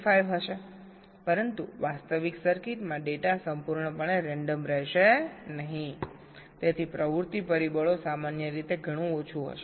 25 હશે પરંતુ વાસ્તવિક સર્કિટમાં ડેટા સંપૂર્ણપણે રેન્ડમ રહેશે નહીં તેથી પ્રવૃત્તિ પરિબળો સામાન્ય રીતે ઘણું ઓછું હશે